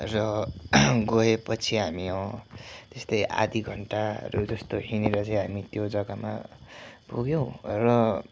र गएपछि हामी यस्तै आदि घन्टाहरू जस्तो हिँडेर चाहिँ हामी त्यो जग्गामा पुग्यौँ र